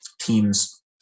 teams